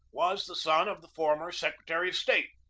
was the son of the former secretary of state.